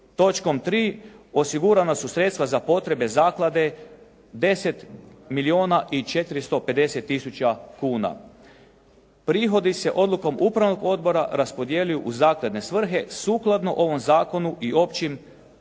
točkom 3. osigurana su sredstva za potrebe zaklade 10 milijuna i 450 tisuća kuna. Prihodi se odlukom upravnog odbora raspodjeljuju u zakladne svrhe sukladno ovom zakonu i općima aktima